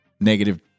negative